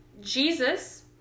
Jesus